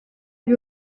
lui